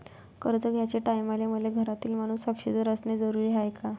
कर्ज घ्याचे टायमाले मले घरातील माणूस साक्षीदार असणे जरुरी हाय का?